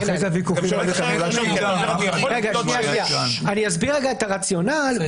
אני אסביר רגע את הרציונל,